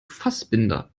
fassbinder